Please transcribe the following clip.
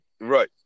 Right